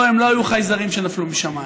לא, הם לא היו חייזרים שנפלו משמיים.